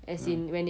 mm